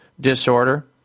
disorder